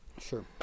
sure